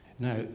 Now